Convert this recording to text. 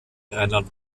rheinland